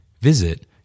Visit